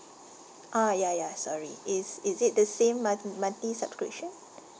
ah ya ya sorry is is it the same month~ monthly subscription